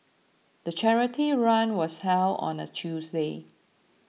the charity run was held on a Tuesday